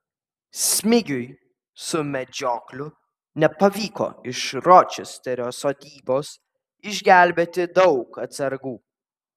smigiui su medžiokliu nepavyko iš ročesterio sodybos išgelbėti daug atsargų